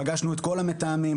פגשנו את כול המתאמים,